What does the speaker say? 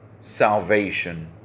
salvation